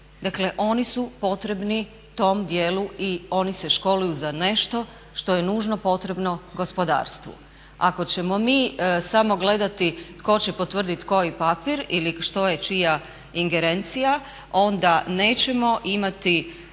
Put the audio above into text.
oni su potrebni tom dijelu i oni se školuju za nešto što je nužno potrebno gospodarstvu. Ako ćemo mi samo gledati tko će potvrditi koji papir ili što je čija ingerencija onda nećemo imati